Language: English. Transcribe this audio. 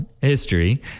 history